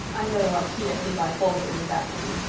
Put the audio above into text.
i know what tea at levi boulter's is apt to be.